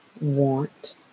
want